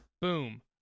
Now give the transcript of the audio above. Boom